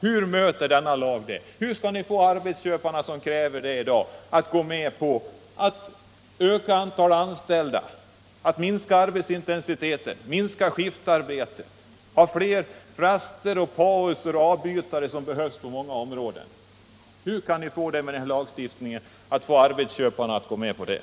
Hur skall ni få arbetsköparna att gå med på att öka antalet anställda, minska arbetsintensiteten, minska skiftarbetet, öka antalet raster, pauser och avbytare? Hur skall ni med denna lagstiftning få arbetsköparna att gå med på detta?